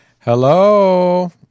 Hello